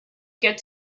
get